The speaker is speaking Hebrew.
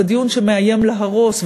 זה דיון שמאיים להרוס,